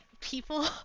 people